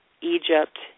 Egypt